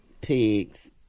pigs